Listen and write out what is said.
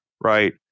right